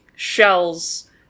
shells